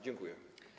Dziękuję.